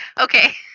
Okay